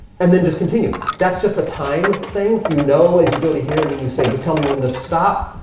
and then just continue that's just a time saying you know as you go to here, and then you say just tell me when to stop